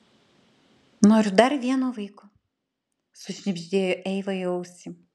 noriu dar vieno vaiko sušnibždėjo eiva į ausį